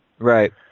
Right